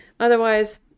Otherwise